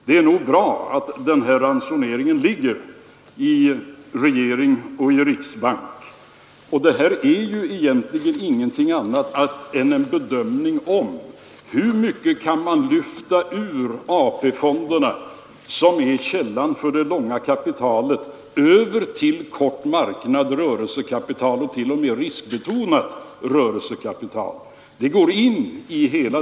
Det är nog bra att den här ransoneringen sköts av regering och riksbank. Här är det ju egentligen inte fråga om annat än en bedömning av hur mycket man kan lyfta ut ur AP-fonderna, som är källan för det långa kapitalet, och föra över till kort marknad — rörelsekapital och t.o.m. riskbetonat kapital.